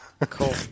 cool